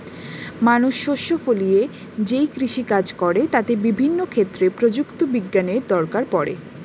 মানুষ শস্য ফলিয়ে যেই কৃষি কাজ করে তাতে বিভিন্ন ক্ষেত্রে প্রযুক্তি বিজ্ঞানের দরকার পড়ে